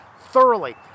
thoroughly